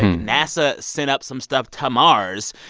nasa sent up some stuff to mars.